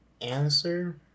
answer